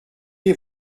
est